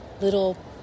Little